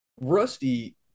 Rusty